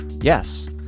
yes